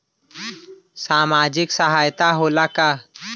सामाजिक सहायता होला का?